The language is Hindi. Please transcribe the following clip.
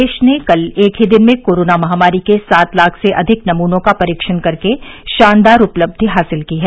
देश ने कल एक ही दिन में कोरोना महामारी के सात लाख से अधिक नमूनों का परीक्षण कर के शानदार उपलब्धि हासिल की है